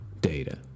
data